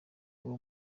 uwo